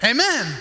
Amen